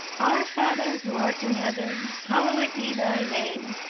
our father who art in heaven hallowed be thy name